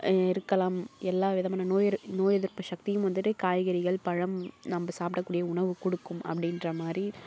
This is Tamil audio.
இருக்கலாம் எல்லாம் விதமான நோய் எதிர் நோய் எதிர்ப்பு ஷக்தியும் வந்துட்டு காய்கறிகள் பழம் நம்ம சாப்பிட்டக்கூடிய உணவு கொடுக்கும் அப்படீன்ற மாதிரி